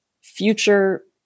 future